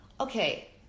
okay